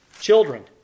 Children